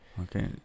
Okay